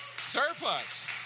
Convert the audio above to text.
surplus